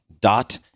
dot